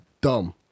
dumb